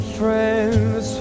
friends